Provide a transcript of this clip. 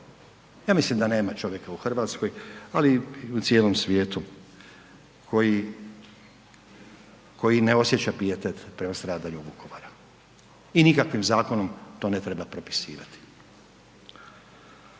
Ja mislim da nema čovjeka u Hrvatskoj, ali i u cijelom svijetu koji ne osjeća pijetet prema stradanju Vukovara i nikakvim zakonom to ne treba propisivati.